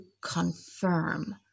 confirm